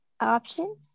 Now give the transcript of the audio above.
option